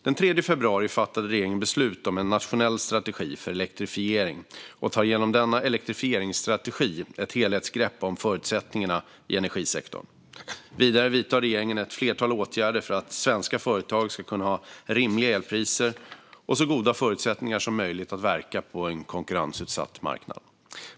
Den 3 februari fattade regeringen beslut om en nationell strategi för elektrifiering och tar genom denna elektrifieringsstrategi ett helhetsgrepp om förutsättningarna i energisektorn. Vidare vidtar regeringen ett flertal åtgärder för att svenska företag ska kunna ha rimliga elpriser och så goda förutsättningar som möjligt att verka på en konkurrensutsatt marknad.